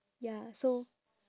ya so